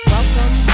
Welcome